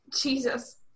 Jesus